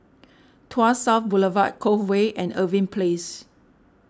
Tuas South Boulevard Cove Way and Irving Place